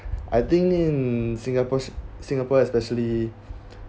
I think in singapore's singapore especially